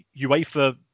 UEFA